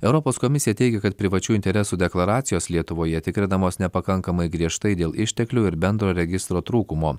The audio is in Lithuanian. europos komisija teigia kad privačių interesų deklaracijos lietuvoje tikrinamos nepakankamai griežtai dėl išteklių ir bendro registro trūkumo